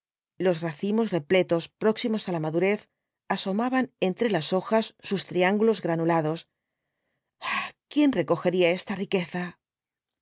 los racimos repletos próximos á la madurez asomaban entre las hojas s is triángulos granulados ay quién recogería esta riqueza